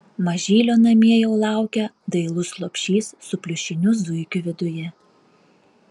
mažylio namie jau laukia dailus lopšys su pliušiniu zuikiu viduje